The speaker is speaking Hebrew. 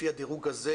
לפי הדירוג הזה,